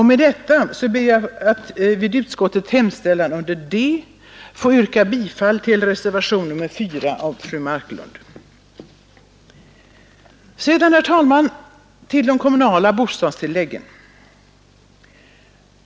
Med detta ber jag att vid utskottets hemställan under D få yrka bifall till reservationen 4 av fru Marklund. Sedan, herr talman, till de kommunala bostadstilläggen!